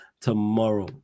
tomorrow